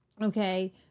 Okay